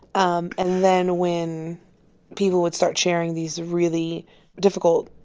um and then when people would start sharing these really difficult,